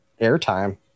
airtime